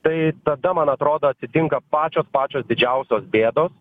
tai tada man atrodo atsitinka pačios pačios didžiausios bėdos